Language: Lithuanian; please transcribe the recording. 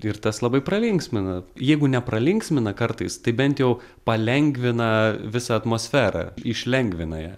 ir tas labai pralinksmina jeigu nepralinksmina kartais tai bent jau palengvina visą atmosferą išlengvina ją